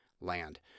land